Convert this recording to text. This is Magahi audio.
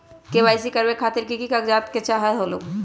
के.वाई.सी करवे खातीर के के कागजात चाहलु?